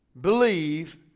believe